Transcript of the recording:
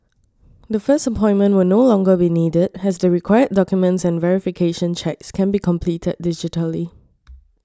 the first appointment will no longer be needed as the required documents and verification checks can be completed digitally